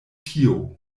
tio